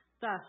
Thus